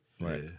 Right